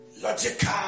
Logical